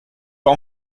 pas